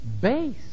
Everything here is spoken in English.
base